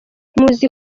muzi